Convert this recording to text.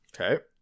Okay